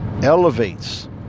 Elevates